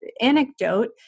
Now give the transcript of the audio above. anecdote